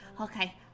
okay